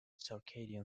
circadian